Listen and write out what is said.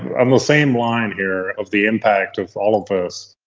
on the same line here of the impact of all of this,